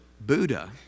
Buddha